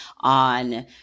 on